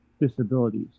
disabilities